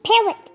Parrot